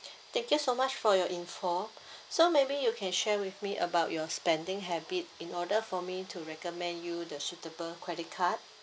thank you so much for your info so maybe you can share with me about your spending habit in order for me to recommend you the suitable credit card